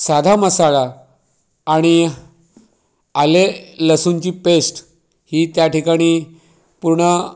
साधा मसाला आणि आले लसूणची पेस्ट ही त्याठिकाणी पूर्ण